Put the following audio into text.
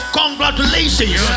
congratulations